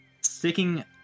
Sticking